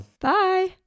bye